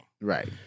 Right